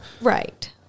Right